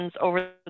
over